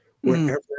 wherever